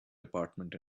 department